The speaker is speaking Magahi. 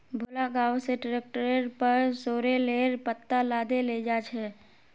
भोला गांव स ट्रैक्टरेर पर सॉरेलेर पत्ता लादे लेजा छ